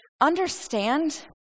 understand